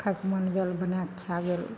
खाइके मन भेल बनाय कऽ खा गेल